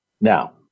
Now